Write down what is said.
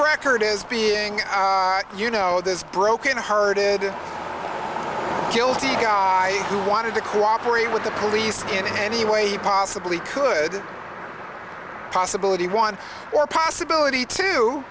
record as being you know this broken hearted guilty guy who wanted to cooperate with the police in any way he possibly could possibility one more possibility to